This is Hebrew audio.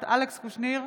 אינה נוכחת אלכס קושניר,